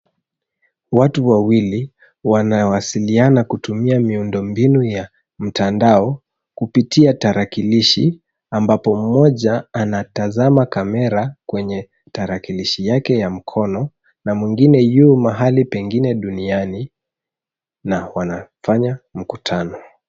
Watu wawili wanawasiliana kutumia miundo mbinu ya mtandao kupitia tarakilishi ambapo mmoja anatazama kamera kwenye tarakilishi yake ya mkono na mwingine yu mahali pengine duniani na wanafanya mkutano.